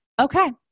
Okay